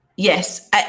Yes